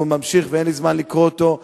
והוא ממשיך ואין לי זמן לקרוא אותו,